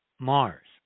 Mars